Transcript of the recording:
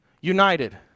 united